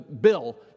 Bill